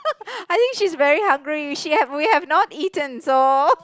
I think she's very hungry she have we have not eaten so